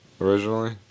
originally